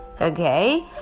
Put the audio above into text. Okay